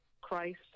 Christ